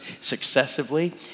successively